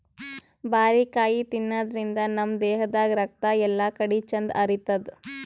ಬಾರಿಕಾಯಿ ತಿನಾದ್ರಿನ್ದ ನಮ್ ದೇಹದಾಗ್ ರಕ್ತ ಎಲ್ಲಾಕಡಿ ಚಂದ್ ಹರಿತದ್